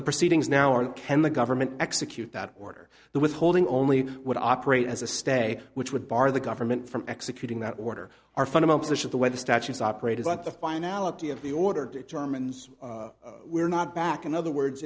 the proceedings now are can the government execute that order the withholding only would operate as a stay which would bar the government from executing that order our fundamental position the way the statutes operate is not the finality of the order determines we're not back in other words